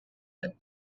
that